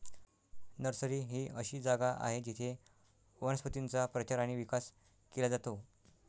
nursery ही अशी जागा आहे जिथे वनस्पतींचा प्रचार आणि विकास केला जातो